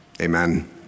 amen